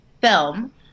film